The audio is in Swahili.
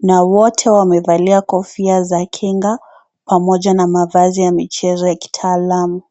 na wote wamevalia kofia za kinga pamoja na mavazi ya mchezo kitaalamu.